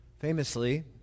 Famously